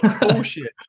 bullshit